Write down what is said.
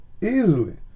Easily